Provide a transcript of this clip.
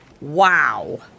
Wow